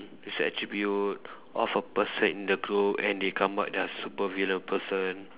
it's a attribute of a person in the group and they come up their supervillain person